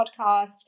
podcast